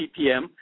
ppm